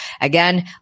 again